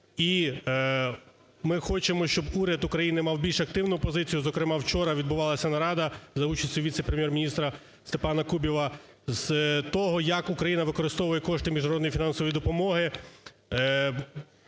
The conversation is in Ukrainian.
І ми хочемо, щоб Уряд України мав більш активну позицію. Зокрема вчора відбувалась нарада за участю віце-прем'єр-міністра Степана Кубіва з того, як Україна використовує кошти міжнародної фінансової допомоги.